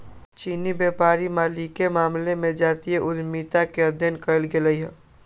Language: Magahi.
चीनी व्यापारी मालिके मामले में जातीय उद्यमिता के अध्ययन कएल गेल हइ